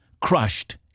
crushed